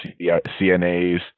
CNAs